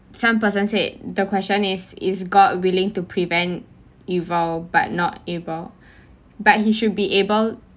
some person said the question is is god willing to prevent evil but not evil but he should be able